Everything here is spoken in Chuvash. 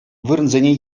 вырӑнсене